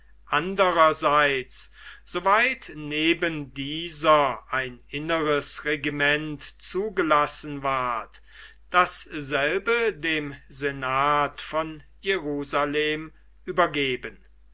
andererseits soweit neben dieser ein inneres regiment zugelassen ward dasselbe dem senat von jerusalem übergeben